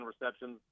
receptions